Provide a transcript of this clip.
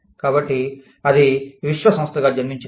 కాబట్టి అది విశ్వసంస్థ గా జన్మించినది